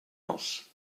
else